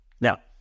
Now